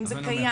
האם זה קיים?